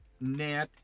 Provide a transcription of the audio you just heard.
NAT